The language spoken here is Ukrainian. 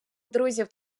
друзів